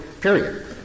period